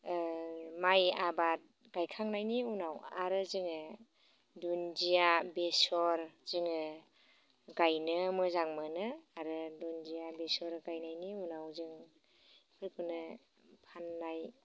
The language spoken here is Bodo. ओ माइ आबाद गायखांनायनि उनाव आरो जोङो दुन्दिया बेसर जोङो गायनो मोजां मोनो आरो दुन्दिया बेसर गायनायनि उनाव जों बेफोरखौनो फाननाय